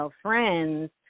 friends